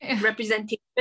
representation